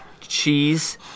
cheese